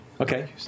Okay